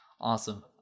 Awesome